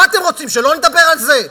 מה אתם רוצים, שלא נדבר על זה?